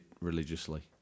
religiously